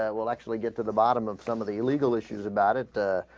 ah we'll actually get to the bottom of some of the legal issues about it ah.